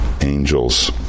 angels